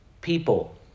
people